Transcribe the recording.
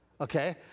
Okay